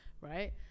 Right